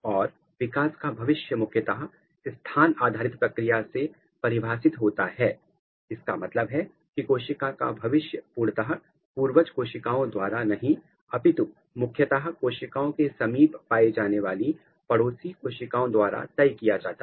और विकास का भविष्य मुख्यतः स्थान आधारित प्रक्रिया से परिभाषित होता है इसका मतलब है कि कोशिका का भविष्य पूर्णता पूर्वज कोशिकाओं द्वारा नहीं अपितु मुख्यतः कोशिकाओं के समीप पाई जाने वाली पड़ोसी कोशिकाओं द्वारा तय किया जाता है